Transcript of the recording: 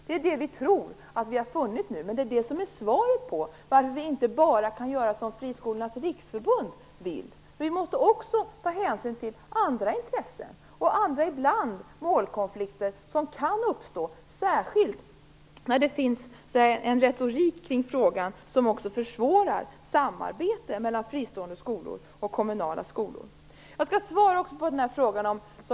Det är det som vi i regeringen tror att vi funnit nu, och det är svaret på varför man inte bara kan göra som Friskolornas Riksförbund vill. Man måste också ta hänsyn till andra intressen, och till målkonflikter som ibland kan uppstå - särskilt när det finns en retorik kring frågan som försvårar samarbetet mellan fristående och kommunala skolor. Jag skall svara på den andra frågan också.